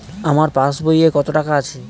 আমার পাস বইয়ে কত টাকা আছে?